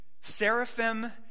seraphim